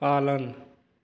पालन